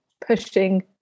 pushing